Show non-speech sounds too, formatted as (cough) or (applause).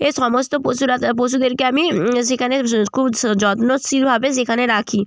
এ সমস্ত পশুরা তা পশুদের আমি সেখানে (unintelligible) খুব (unintelligible) যত্নশীলভাবে সেখানে রাখি